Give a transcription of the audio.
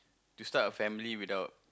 to start a family without